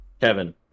Kevin